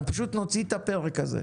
אנחנו פשוט נוציא את הפרק הזה.